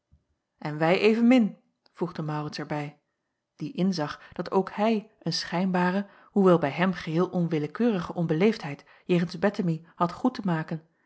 en wij evenmin voegde maurits er bij die inzag dat ook hij een schijnbare hoewel bij hem geheel onwillekeurige onbeleefdheid jegens bettemie had goed te maken